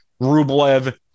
Rublev